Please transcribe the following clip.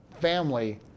family